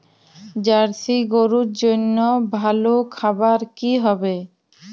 Jersey গরুর জন্য ভালো খাবার কি হবে?